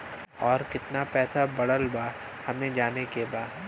और कितना पैसा बढ़ल बा हमे जाने के बा?